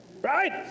Right